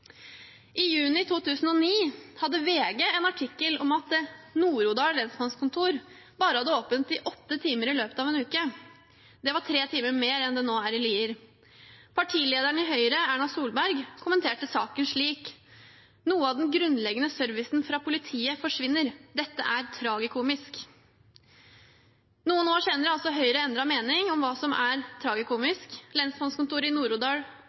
I juni 2009 hadde VG en artikkel om at Nord-Odal lensmannskontor bare hadde åpent åtte timer i løpet av en uke. Det var tre timer mer enn det nå er i Lier. Partilederen i Høyre, Erna Solberg, kommenterte saken slik: «Noe av den grunnleggende servicen fra politiet forsvinner. Dette er tragikomisk». Noen år senere har altså Høyre endret mening om hva som er tragikomisk. Lensmannskontoret i